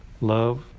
love